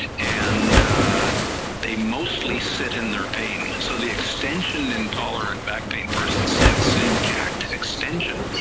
and they mostly sit in their pain, so the extension intolerant back pain person sits in jacked extension,